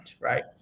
right